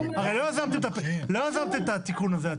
הם